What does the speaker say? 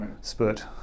spurt